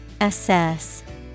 Assess